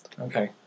Okay